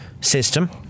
system